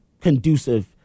conducive